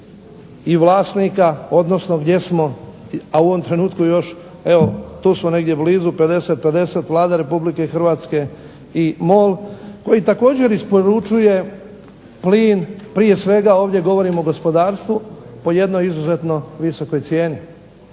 i vlasnika, odnosno gdje smo, a u ovom trenutku još evo tu su negdje blizu 50:50 Vlada Republike Hrvatske i MOL, koji također isporučuje plin, prije svega ovdje govorim o gospodarstvu, po jednoj izuzetno visokoj cijeni.